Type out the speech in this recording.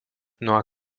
nuo